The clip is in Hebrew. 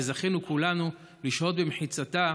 וזכינו כולנו לשהות במחיצתה,